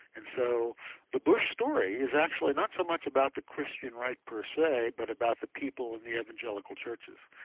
and so the bush story is actually not so much about the christian right per se, but about the people in the evangelical churches.